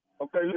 Okay